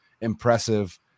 impressive